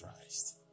Christ